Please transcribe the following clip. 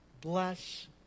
bless